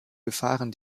befahren